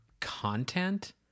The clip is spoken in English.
content